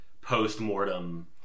post-mortem